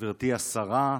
גברתי השרה,